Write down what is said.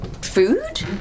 food